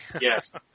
Yes